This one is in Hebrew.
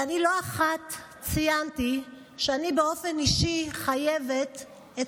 לא אחת ציינתי שאני באופן אישי חייבת את